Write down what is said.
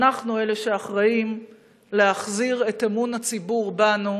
אנחנו אלה שאחראים להחזיר את אמון הציבור בנו,